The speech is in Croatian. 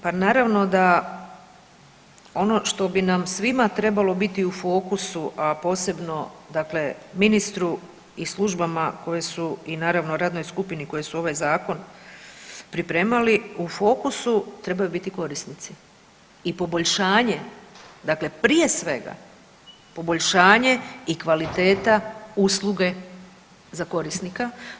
Pa naravno ono što bi nam svima trebalo biti u fokusu, a posebno ministru i službama koje su i naravno radnoj skupini koji su ovaj zakon pripremali, u fokusu trebaju biti korisnici i poboljšanje dakle prije svega poboljšanje i kvaliteta usluge za korisnika.